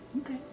Okay